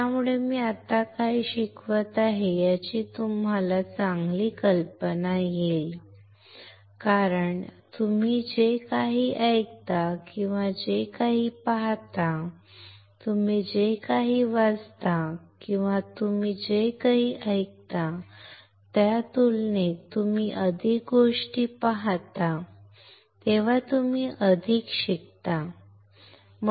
त्यामुळे मी आत्ता काय शिकवत आहे याची तुम्हाला चांगली कल्पना येईल कारण तुम्ही जे काही ऐकता आणि जे पाहता ते तुम्ही जे काही वाचता किंवा तुम्ही जे ऐकता त्या तुलनेत तुम्ही अधिक गोष्टी पाहता तेव्हा तुम्ही अधिक शिकता ठीक आहे